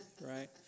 right